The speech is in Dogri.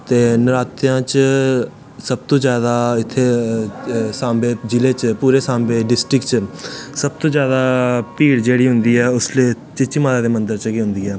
ते नरात्तेंआं च सब तूं जादा इत्थै सांबे जिले च पूरे सांबे डिस्टिक च सब तूं जादा भीड़ जेह्ड़ी होंदी ऐ उसले चीची माता दे मन्दर च गै होंदी ऐ